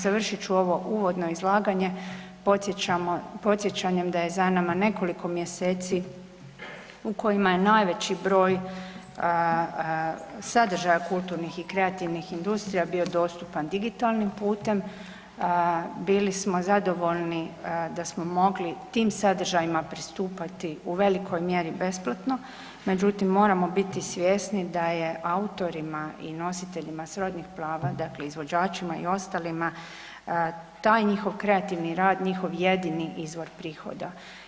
Završit ću ovo uvodno izlaganje podsjećanjem da je za nama nekoliko mjeseci u kojima je najveći broj sadržaja kulturnih i kreativnih industrija bio dostupan digitalnim putem, bili smo zadovoljni da smo mogli tim sadržajima pristupati u velikoj mjeri besplatno međutim moramo biti svjesni da je autorima i nositeljima srodnih prava, dakle izvođačima i ostalima taj njihov kreativni rad, njihov jedini izvor prihoda.